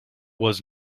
was